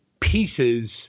pieces